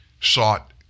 sought